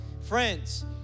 Friends